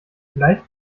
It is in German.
leicht